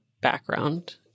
background